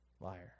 Liar